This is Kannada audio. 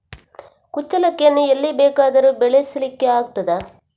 ಕುಚ್ಚಲಕ್ಕಿಯನ್ನು ಎಲ್ಲಿ ಬೇಕಾದರೂ ಬೆಳೆಸ್ಲಿಕ್ಕೆ ಆಗ್ತದ?